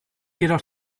jedoch